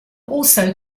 also